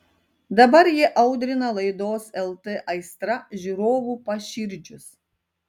dabar ji audrina laidos lt aistra žiūrovų paširdžius